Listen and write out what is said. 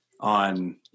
On